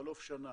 בחלוף שנה,